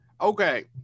Okay